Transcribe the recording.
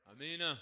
Amen